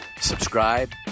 subscribe